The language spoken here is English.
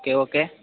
okay okay